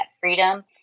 freedom